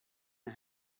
and